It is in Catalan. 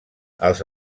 els